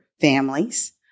families